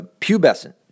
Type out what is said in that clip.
pubescent